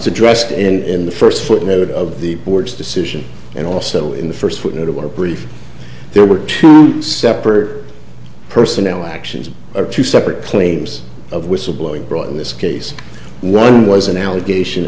confusing dressed in the first footnote of the board's decision and also in the first footnote of our brief there were two separate personnel actions are two separate claims of whistleblowing brought in this case one was an allegation